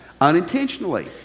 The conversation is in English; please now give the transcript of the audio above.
unintentionally